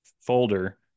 folder